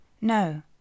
No